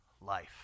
life